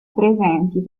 presenti